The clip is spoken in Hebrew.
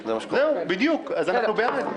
זה מה שקורה.